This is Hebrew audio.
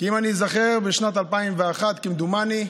כי אם אני איזכר, בשנת 2001, כמדומני,